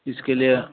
इसके लिए